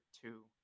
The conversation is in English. two